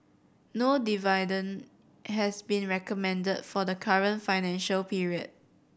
no dividend has been recommended for the current financial period